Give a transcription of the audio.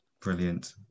Brilliant